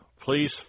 Please